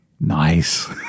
Nice